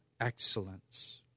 excellence